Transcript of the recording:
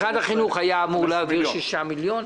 37. משרד החינוך היה אמור להעביר 6 מיליון.